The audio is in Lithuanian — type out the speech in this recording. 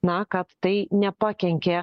na kad tai nepakenkė